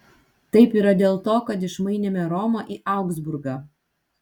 taip yra dėl to kad išmainėme romą į augsburgą